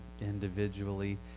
Individually